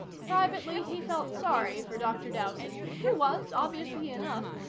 privately, he felt sorry for dr. dowson, who was, obviously enough,